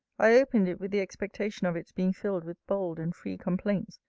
i opened it with the expectation of its being filled with bold and free complaints,